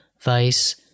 Vice